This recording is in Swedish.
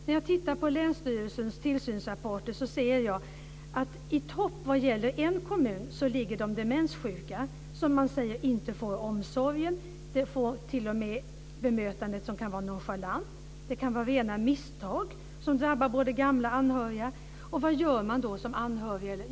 När jag tittar på länsstyrelsens tillsynsrapporter ser jag att i topp i en kommun ligger de demenssjuka, som man säger inte får omsorgen och som t.o.m. kan få ett bemötande som är nonchalant. Rena misstag kan drabba både gamla och anhöriga. Vad gör man då som anhörig?